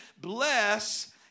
bless